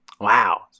Wow